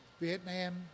Vietnam